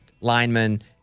linemen